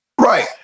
Right